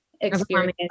experience